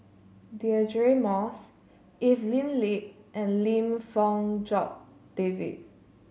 Deirdre Moss Evelyn Lip and Lim Fong Jock David